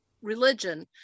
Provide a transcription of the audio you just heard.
religion